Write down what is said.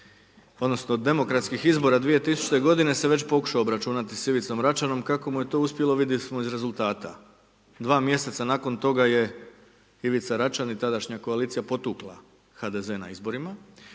odnosno, demokratskih izbora 2000. g se već pokušao obračunati sa Ivicom Račanom, kako mu je to uspjelo, vidjeli smo iz rezultata. 2 mj. nakon toga je Ivica Račan i tadašnja koalicija potukla HDZ na izborima.